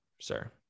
sir